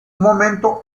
momento